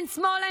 אין שמאל,